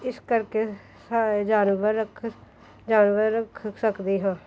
ਇਸ ਕਰਕੇ ਸਾਰੇ ਜਾਨਵਰ ਰੱਖ ਜਾਨਵਰ ਰੱਖ ਸਕਦੇ ਹਾਂ